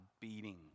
beating